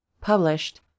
Published